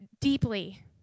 deeply